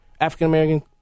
African-American